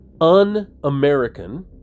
un-American